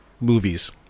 movies